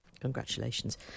Congratulations